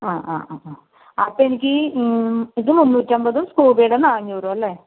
ആ ആ ആ ആ അപ്പം എനിക്ക് ഈ മൂ ഇതും മുന്നൂറ്റി അമ്പതും സ്കൂബി ഡേ നാനൂറും അല്ലേ